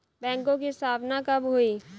बैंकों की स्थापना कब हुई?